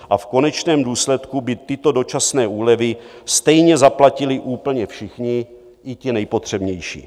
V konečném důsledku by tyto dočasné úlevy stejně zaplatili úplně všichni, i ti nejpotřebnější.